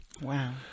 Wow